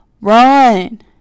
run